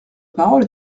parole